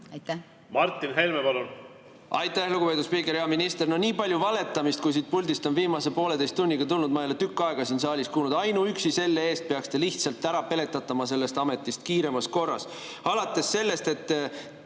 liige? Aitäh, lugupeetud spiiker! Hea minister! No nii palju valetamist, kui siit puldist on viimase pooleteise tunniga tulnud, ma ei ole tükk aega siin saalis kuulnud. Ainuüksi selle eest peaks te lihtsalt ära peletatama sellest ametist kiiremas korras. Alates sellest, et